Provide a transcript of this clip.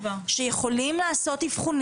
בוא תקום מכיסא הגלגלים ונראה אם אתה יכול ללכת.